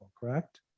correct